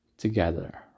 together